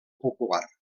popular